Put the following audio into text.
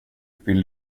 vill